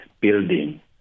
building